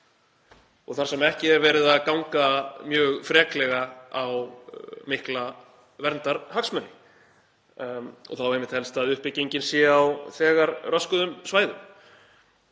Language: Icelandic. og þar sem ekki er verið að ganga mjög freklega á mikla verndarhagsmuni, og þá einmitt helst að uppbyggingin sé á þegar röskuðum svæðum.